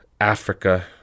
Africa